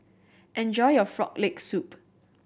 enjoy your Frog Leg Soup